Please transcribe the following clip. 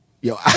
Yo